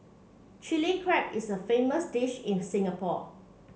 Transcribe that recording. Chilli Crab is a famous dish in Singapore